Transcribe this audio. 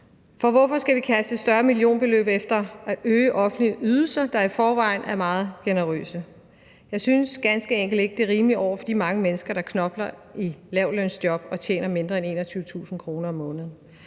for hvorfor skal vi kaste et større millionbeløb efter at øge offentlige ydelser, der i forvejen er meget generøse? Jeg synes ganske enkelt ikke, det er rimeligt over for de mange mennesker, der knokler i lavtlønsjob og tjener mindre end 21.000 kr. om måneden,